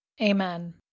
Amen